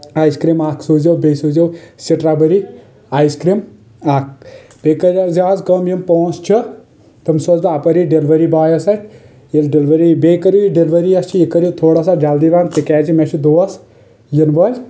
آیِس cream اکھ سوٗزۍزٮ۪و بییٚہِ سوٗزۍزٮ۪و سٹرابٔری آیِس کریٖم اکھ بییٚہِ کٔرزٮ۪و حظ کٲم یِم پونٛسہٕ چھِ تِم سوزٕ بہٕ اپٲری ڈیٚلؤری بایس اتھۍ ییٚلہِ ڈیٚلؤری بییٚہِ کٔرو یہِ ڈیٚلؤری یوٚس چھِ یہِ کٔرو تھوڑا سا جلدی پہم تِکیازِ مےٚ چھِ دوس ینہٕ وٲلۍ